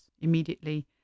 immediately